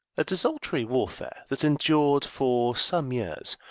a desultory warfare, that endured for some years,